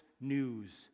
news